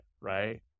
right